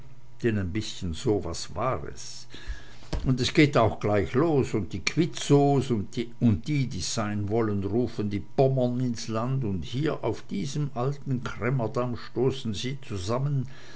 denn ein bißchen so was war es und geht auch gleich los und die quitzows und die die's sein wollen rufen die pommern ins land und hier auf diesem alten cremmer damm stoßen sie zusammen